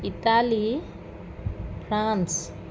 Italy France